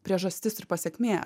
priežastis ir pasekmė